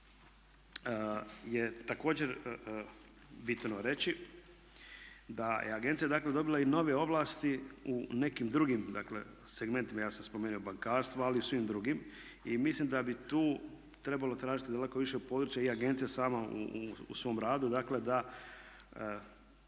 je također bitno reći da je agencija, dakle dobila i nove ovlasti u nekim drugim, dakle segmentima ja sam spomenuo bankarstvo ali i u svim drugim. I mislim da bi tu trebalo tražiti daleko više područja i agencija sama u svom radu, dakle da